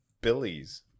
billy's